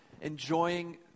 enjoying